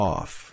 Off